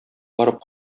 барып